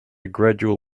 gradual